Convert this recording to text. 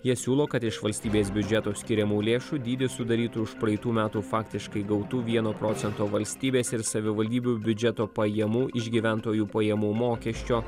jie siūlo kad iš valstybės biudžeto skiriamų lėšų dydis sudarytų užpraeitų metų faktiškai gautų vieno procento valstybės ir savivaldybių biudžeto pajamų iš gyventojų pajamų mokesčio